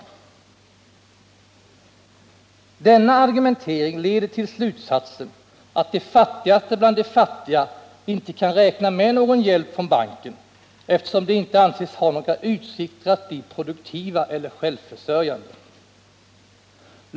Denna argumentering leder till slutsatsen att de fattigaste bland de fattiga inte kan räkna med någon hjälp från banken eftersom de inte anses ha några utsikter att bli produktiva eller självförsörjande.